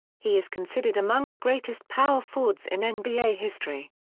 he is considered among the greatest power forwards in nba history.